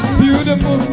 beautiful